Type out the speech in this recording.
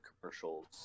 commercials